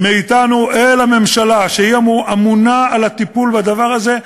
מאתנו אל הממשלה שהיא אמונה על הטיפול בדבר הזה,